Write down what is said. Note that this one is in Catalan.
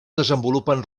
desenvolupen